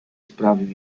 sprawił